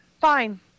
fine